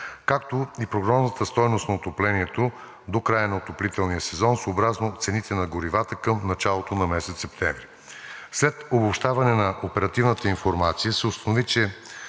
както и прогнозната стойност на отоплението до края на отоплителния сезон съобразно цените на горивата към началото на месец септември. След обобщаване на оперативната информация се установи, че